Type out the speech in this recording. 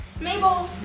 Mabel